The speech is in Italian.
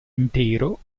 intero